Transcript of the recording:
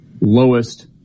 lowest